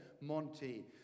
Monty